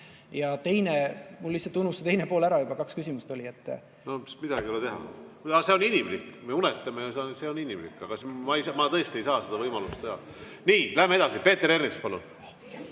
Ja teine ... Mul lihtsalt unus see teine pool ära juba. Kaks küsimust oli. Siis midagi ei ole teha. See on inimlik. Me unustame, see on inimlik. Aga ma tõesti ei saa seda võimalust anda. Nii, läheme edasi. Peeter Ernits, palun!